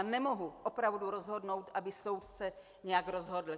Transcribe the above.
Nemohu opravdu rozhodnout, aby soudce nějak rozhodl.